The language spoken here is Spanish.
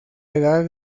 edad